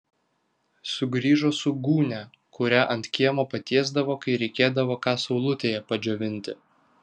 sugrįžo su gūnia kurią ant kiemo patiesdavo kai reikėdavo ką saulutėje padžiovinti